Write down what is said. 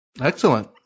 excellent